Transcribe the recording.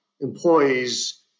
employees